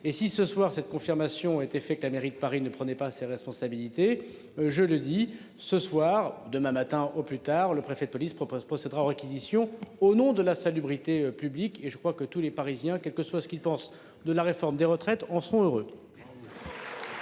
et si ce soir cette confirmation été fait que la mairie de Paris, ne prenait pas ses responsabilités, je le dis ce soir, demain matin au plus tard le préfet de police propose procédera aux réquisitions au nom de la salubrité publique et je crois que tous les Parisiens, quelle que soit ce qu'il pense de la réforme des retraites en sont heureux.